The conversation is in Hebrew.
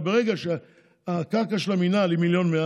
ברגע שהקרקע של המינהל היא 1.1 מיליון,